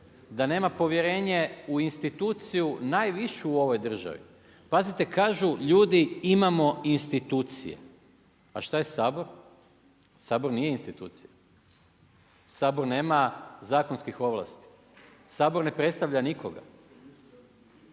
da nema povjerenje u instituciju najvišu u ovoj državi. Pazite kažu ljudi imamo institucije? A šta je Sabor? Sabor nije institucija? Sabor nema zakonskih ovlasti? Sabor ne predstavlja nikoga?